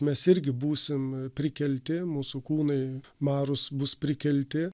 mes irgi būsim prikelti mūsų kūnai marūs bus prikelti